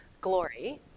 glory